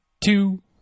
two